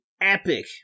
epic